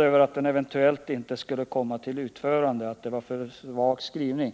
över att servicecentralen eventuellt inte skulle komma till utförande — skrivningen var för vag, ansåg hon.